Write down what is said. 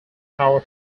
power